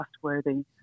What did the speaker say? trustworthy